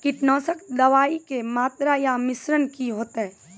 कीटनासक दवाई के मात्रा या मिश्रण की हेते?